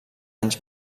anys